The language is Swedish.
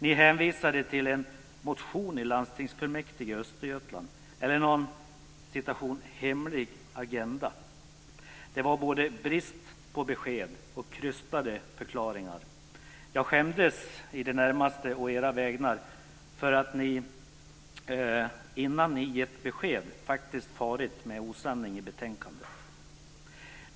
Ni hänvisade till en motion i landstingsfullmäktige i Östergötland eller någon "hemlig agenda". Det var både brist på besked och krystade förklaringar. Jag skämdes i det närmaste å era vägnar för att ni, innan ni gett besked, faktiskt farit med osanning i betänkandet.